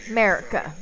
America